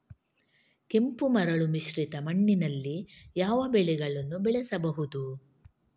ಕೆಂಪು ಮರಳು ಮಿಶ್ರಿತ ಮಣ್ಣಿನಲ್ಲಿ ಯಾವ ಬೆಳೆಗಳನ್ನು ಬೆಳೆಸಬಹುದು?